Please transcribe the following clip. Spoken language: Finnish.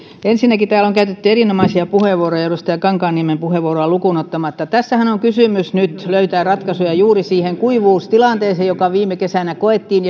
ensinnäkin täällä on käytetty erinomaisia puheenvuoroja edustaja kankaanniemen puheenvuoroa lukuun ottamatta tässähän on on nyt kysymys löytää ratkaisuja juuri siihen kuivuustilanteeseen joka viime kesänä koettiin